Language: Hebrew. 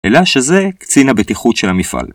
אלא שזה קצין הבטיחות של המפעל.